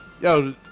Yo